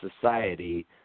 society